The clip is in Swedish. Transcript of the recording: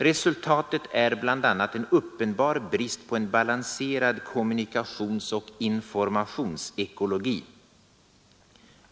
Resultatet är bla en uppenbar brist på en balanserad kommunikationsoch informationsekologi.